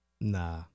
Nah